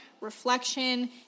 reflection